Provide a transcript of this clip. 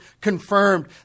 confirmed